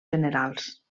generals